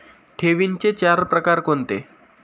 ठेवींचे चार प्रकार कोणते?